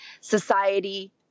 society